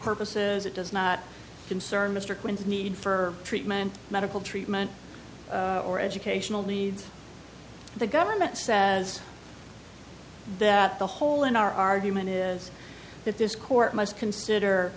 purposes it does not concern mr quinn's need for treatment medical treatment or educational needs the government says that the hole in our argument is that this court must consider